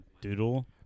Doodle